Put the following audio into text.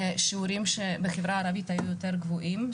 השיעורים של המשיבים בחיוב בחברה הערבית היו יותר גבוהים.